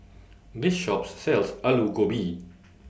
This Shop sells Alu Gobi